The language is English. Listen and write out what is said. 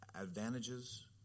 advantages